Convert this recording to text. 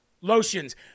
lotions